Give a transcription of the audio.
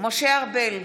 משה ארבל,